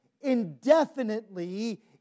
indefinitely